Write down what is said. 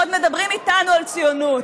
ועוד מדברים איתנו על ציונות.